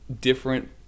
different